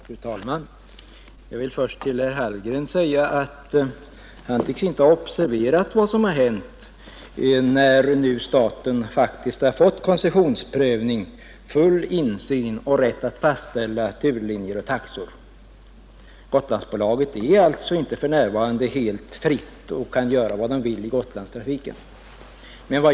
Fru talman! Jag vill först säga till herr Hallgren att han inte tycks ha observerat vad som hänt när nu staten faktiskt fått koncessionsprövning, full insyn och rätt att fastställa turlinjer och taxor. Gotlandsbolaget är alltså för närvarande inte helt fritt och kan inte göra vad man vill i Gotlandstrafiken.